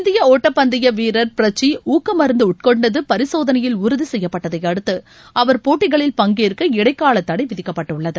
இந்திய ஒட்டப்பந்தய வீரர் பிரச்சி ஊக்க மருந்து உட்கொண்டது பரிசோதனையில் உறுதி செய்யப்பட்டதை அடுத்து அவர் போட்டிகளில் பங்கேற்க இடைக்கால தடை விதிக்கப்பட்டுள்ளது